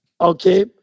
Okay